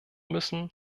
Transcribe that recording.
müssen